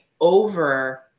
over